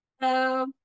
Hello